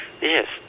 Yes